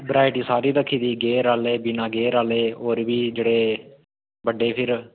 variety सारी रक्खी दी गेयर आह्ले बिना गेयर आह्ले होर बी जेह्ड़े बड्डे फिर